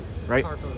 right